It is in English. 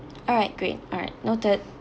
all right great all right noted